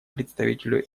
представителю